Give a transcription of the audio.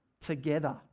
together